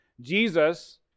Jesus